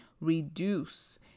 reduce